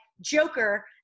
Joker